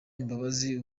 imbabazi